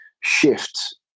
shift